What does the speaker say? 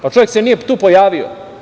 Pa, čovek se nije tu pojavio.